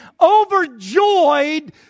overjoyed